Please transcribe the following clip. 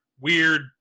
weird